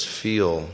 feel